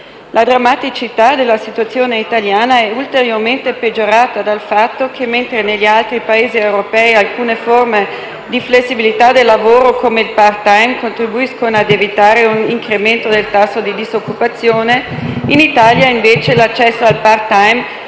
La drammaticità della situazione italiana è ulteriormente peggiorata dal fatto che, mentre negli altri Paesi europei alcune forme di flessibilità del lavoro (come il *part time*) contribuiscono ad evitare un incremento del tasso di disoccupazione, in Italia invece l'accesso al *part time*